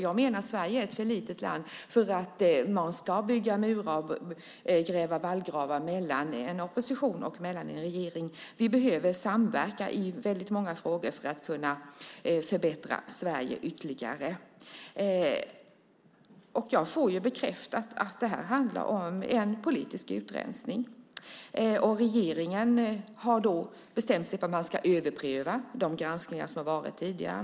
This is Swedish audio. Jag menar att Sverige är ett för litet land för att man ska bygga murar och gräva vallgravar mellan opposition och regering. Vi behöver samverka i många frågor för att kunna förbättra Sverige ytterligare. Jag får bekräftat att det här handlar om en politisk utrensning. Regeringen har bestämt att man ska överpröva de granskningar som har varit tidigare.